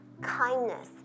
kindness